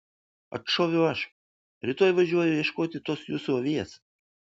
atšoviau aš rytoj važiuoju ieškoti tos jūsų avies